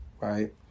right